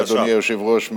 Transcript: אדוני היושב-ראש,